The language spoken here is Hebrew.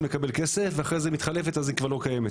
לקבל כסף ואחרי זה היא מתחלפת אז היא כבר לא קיימת.